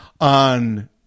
on